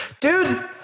dude